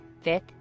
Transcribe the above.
Fifth